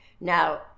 Now